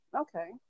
Okay